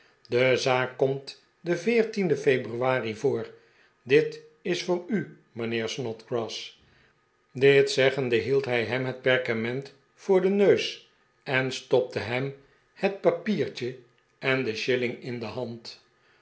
de zaak komt den veertienden februari voor dit is voor u mijnheer snodgrass dit zeggende hield hij hem het perkament voor den neus en stopte hem het papiertje en den shilling in de hand